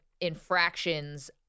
infractions